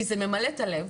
כי זה ממלא את הלב.